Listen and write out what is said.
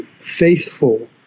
faithful